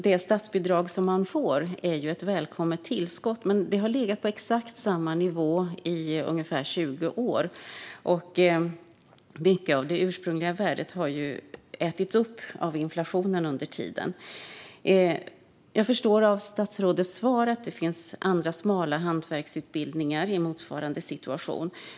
Det statsbidrag som man får är ett välkommet tillskott. Men det har legat på exakt samma nivå i ungefär 20 år, och mycket av det ursprungliga värdet har ju ätits upp av inflationen under tiden. Jag förstår av statsrådets svar att det finns andra smala hantverksutbildningar i motsvarande situation.